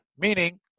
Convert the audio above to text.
Meaning